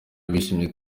bishimye